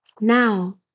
Now